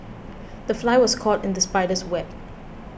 the fly was caught in the spider's web